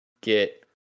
get